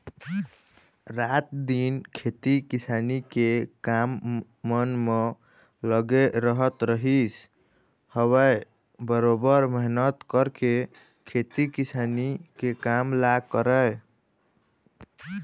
रात दिन खेती किसानी के काम मन म लगे रहत रहिस हवय बरोबर मेहनत करके खेती किसानी के काम ल करय